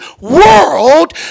world